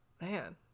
Man